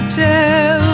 tell